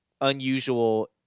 unusual